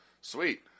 sweet